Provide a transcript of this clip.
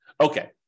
Okay